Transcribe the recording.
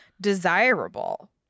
desirable